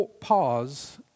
Pause